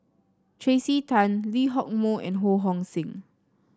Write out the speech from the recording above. Tracey Tan Lee Hock Moh and Ho Hong Sing